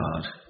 God